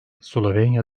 slovenya